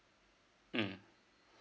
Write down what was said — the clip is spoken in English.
mm